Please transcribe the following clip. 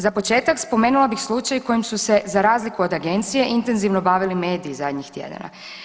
Za početak spomenula bih slučaj kojim su se za razliku od agencije intenzivno bavili mediji zadnjih tjedana.